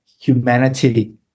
humanity